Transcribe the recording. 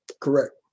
Correct